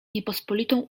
niepospolitą